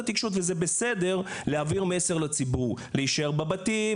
התקשורת וזה בסדר להעביר מסר לציבור להישאר בבתים,